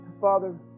Father